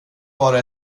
vare